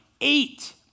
eight